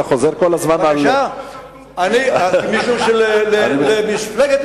אתה חוזר כל הזמן על, עזבו את הטורקי.